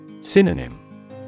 Synonym